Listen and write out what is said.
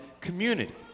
community